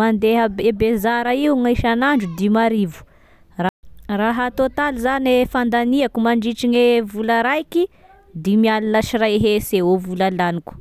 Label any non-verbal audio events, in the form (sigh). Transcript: mandeha be- e bezara io gny isanandro dimy arivo, (hesitation) ra-raha atôtaly zagne fandaniako mandritry gne vola raiky dimy alina sy ray hesy eo e vola laniko.